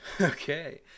okay